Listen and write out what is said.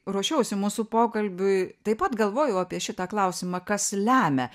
ruošiausi mūsų pokalbiui taip pat galvojau apie šitą klausimą kas lemia